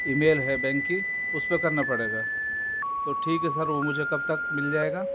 ای میل ہے بینک کی اس پہ کرنا پڑے گا تو ٹھیک ہے سر وہ مجھے کب تک مل جائے گا